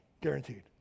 guaranteed